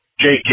JK